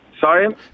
Sorry